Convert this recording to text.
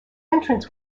entrance